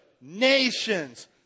Nations